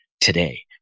today